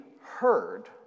heard